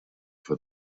for